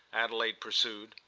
adelaide pursued.